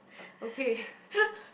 okay